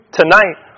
tonight